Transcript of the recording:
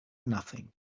nothing